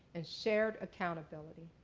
and shared accountability.